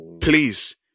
please